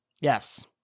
Yes